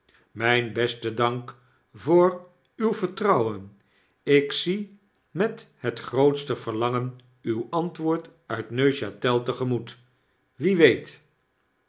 myn besten dank voor uw vertrouwen ik zie met het grootste verlangen uw antwoord uit ja te gemoet wie weet